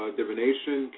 divination